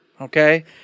Okay